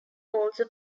also